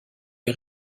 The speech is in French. les